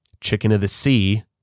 chicken-of-the-sea